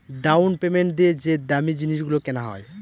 down payment দিয়ে যে দামী জিনিস গুলো কেনা হয়